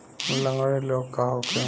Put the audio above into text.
लगंड़ी रोग का होखे?